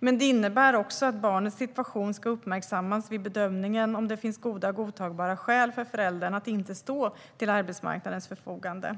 Men det innebär också att barnets situation ska uppmärksammas vid bedömningen om det finns goda och godtagbara skäl för föräldern att inte stå till arbetsmarknadens förfogande.